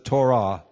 Torah